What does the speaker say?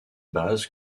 base